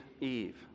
Eve